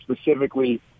specifically